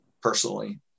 personally